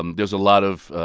um there's a lot of,